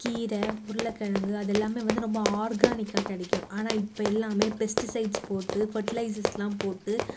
கீரை உருளைகிழங்கு அது எல்லாமே வந்து ரொம்ப ஆர்கானிக்காக கிடைக்கும் ஆனால் இப்போ எல்லாமே பெஸ்டிசைட்ஸ் போட்டு பெர்ட்டிலைஸஸ்லாம் போட்டு